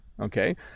Okay